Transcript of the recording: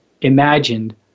imagined